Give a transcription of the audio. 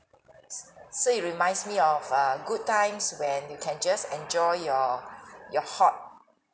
s~ so it reminds me of err good times when you can just enjoy your your hot